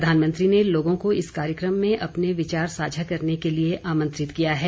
प्रधानमंत्री ने लोगों को इस कार्यक्रम में अपने विचार साझा करने के लिए आमंत्रित किया है